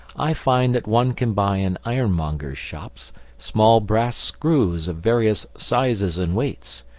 i find that one can buy in ironmongers' shops small brass screws of various sizes and weights,